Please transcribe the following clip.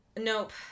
Nope